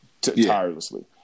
Tirelessly